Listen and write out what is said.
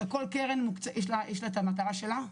לכל קרן יש מטרה שלה?